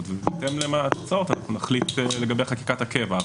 ובהתאם לתוצאות אנחנו נחליט לגבי חקיקת הקבע.